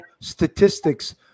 statistics